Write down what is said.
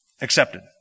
accepted